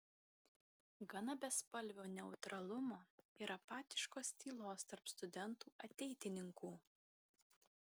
gana bespalvio neutralumo ir apatiškos tylos tarp studentų ateitininkų